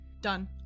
Done